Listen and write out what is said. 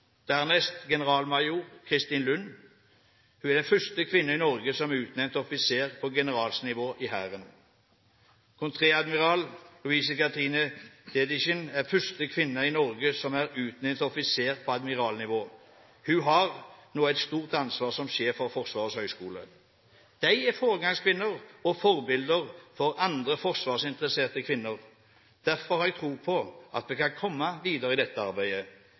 Dernest vil jeg nevne generalmajor Kristin Lund. Hun er den første kvinne i Norge som er utnevnt til offiser på generalnivå i Hæren. Kontreadmiral Louise Kathrine Dedichen er første kvinne i Norge som er utnevnt til offiser på admiralnivå. Hun har nå et stort ansvar som sjef for Forsvarets høgskole. De er foregangskvinner og forbilder for andre forsvarsinteresserte kvinner. Derfor har jeg tro på at vi kan komme videre i dette arbeidet.